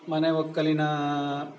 ಮನೆ ಒಕ್ಕಲಿನ